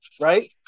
right